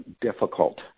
difficult